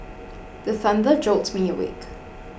the thunder jolt me awake